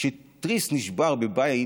כשתריס נשבר בבית